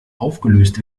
aufgelöst